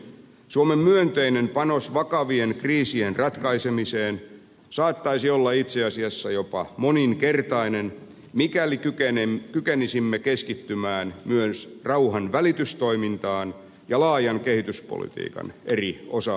niinpä suomen myönteinen panos vakavien kriisien ratkaisemiseen saattaisi olla itse asiassa jopa moninkertainen mikäli kykenisimme keskittymään myös rauhanvälitystoimintaan ja laajan kehityspolitiikan eri osa alueisiin